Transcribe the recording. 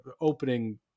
opening